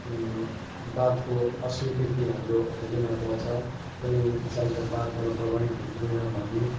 वादको अस्विकृति हाम्रो धेरै मात्रामा छ कुनै साहित्य वादबाट प्रभावित हुनुहुँदैन भन्ने